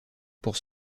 pour